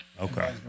Okay